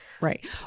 Right